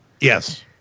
Yes